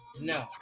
no